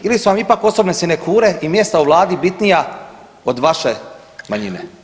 Ili su vam ipak osobne sinekure i mjesta u vladi bitnija od vaše manjine.